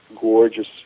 gorgeous